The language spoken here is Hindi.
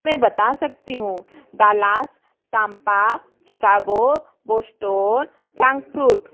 मैं बता सकती हूँ Dallas Tampa Chicago Boston Frankfurt